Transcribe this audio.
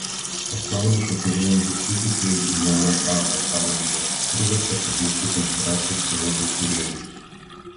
pasaulį šokiruojantys įvykiai mma pasaulyje priverčia suklusti konspiracijos teorijų kūrėjus